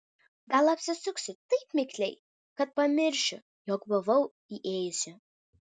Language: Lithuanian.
gal apsisuksiu taip mikliai kad pamiršiu jog buvau įėjusi